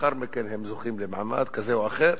לאחר מכן הם זוכים למעמד כזה או אחר,